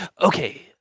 Okay